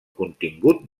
contingut